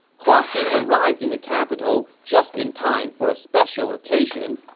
hua xin arrived in the capital just in time for a special occasion.